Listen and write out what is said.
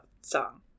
song